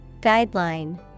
Guideline